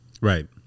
Right